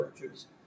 virtues